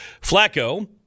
Flacco